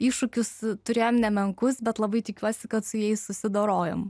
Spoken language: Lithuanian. iššūkius turėjom nemenkus bet labai tikiuosi kad su jais susidorojom